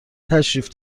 تشریف